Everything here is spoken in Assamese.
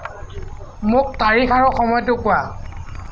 মোক তাৰিখ আৰু সময়টো কোৱা